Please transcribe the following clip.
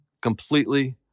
completely